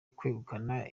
kwegukana